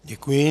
Děkuji.